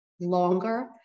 longer